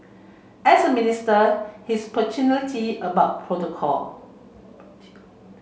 as a minister he's punctuality about protocol